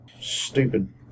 Stupid